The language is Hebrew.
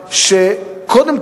שוב,